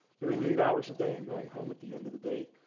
doing eight hours a day and going home at the end of the day,